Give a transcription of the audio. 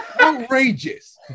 Outrageous